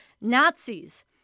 Nazis